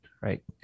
right